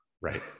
Right